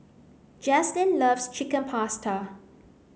Jazlynn loves Chicken Pasta